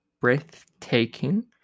breathtaking